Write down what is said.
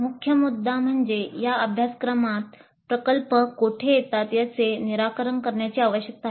मुख्य मुद्दा म्हणजे या अभ्यासक्रमात प्रकल्प कोठे येतात याचे निराकरण करण्याची आवश्यकता आहे